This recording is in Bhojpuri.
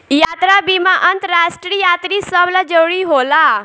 यात्रा बीमा अंतरराष्ट्रीय यात्री सभ ला जरुरी होला